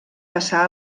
passà